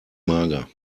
mager